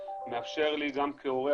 מאפשר לי גם כהורה,